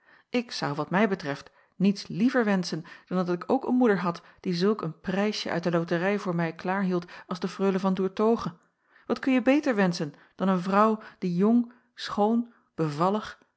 ik zou wat mij betreft niets liever wenschen dan dat ik ook een moeder had die zulk een prijsje uit de loterij voor mij klaarhield als de freule van doertoghe wat kunje beter wenschen dan een vrouw die jong schoon bevallig